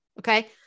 okay